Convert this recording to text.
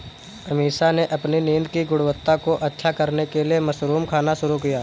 अमीषा ने अपनी नींद की गुणवत्ता को अच्छा करने के लिए मशरूम खाना शुरू किया